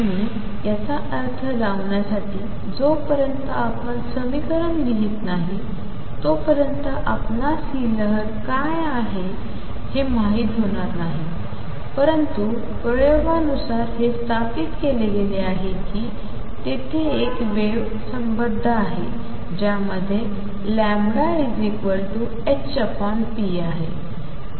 आणि याचा अर्थ लावण्यासाठी जो पर्यंत आपण समीकरण लिहीत नाही तो पर्यंत आपणास ही लहर काय आहे हे माहित होणार नाही परंतु प्रयोगानुसार हे स्थापित केले गेले की तेथे एक वेव्ह संबद्ध आहे ज्यामध्ये λ hp आहे